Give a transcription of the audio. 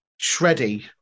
Shreddy